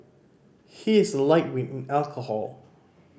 he is a lightweight in alcohol